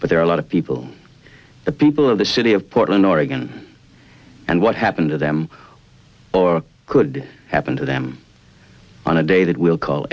but there are a lot of people the people of the city of portland oregon and what happened to them or could happen to them on a day that will call